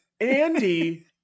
Andy